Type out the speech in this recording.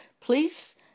Please